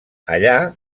allà